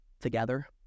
together